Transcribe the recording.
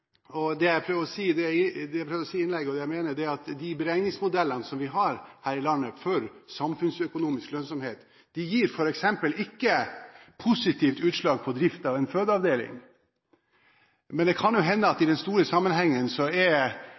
Det jeg prøver å si i innlegget, det jeg mener, er at de beregningsmodellene vi har her i landet for samfunnsøkonomisk lønnsomhet, gir f.eks. ikke positivt utslag på drift av en fødeavdeling. Men det kan jo i den store sammenhengen hende at nettopp den typen institusjoner, eller driften av dem, er